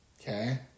Okay